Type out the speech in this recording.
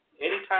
anytime